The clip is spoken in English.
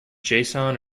json